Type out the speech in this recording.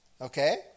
okay